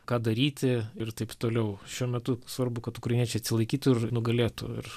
ką daryti ir taip toliau šiuo metu svarbu kad ukrainiečiai atsilaikytų ir nugalėtų ir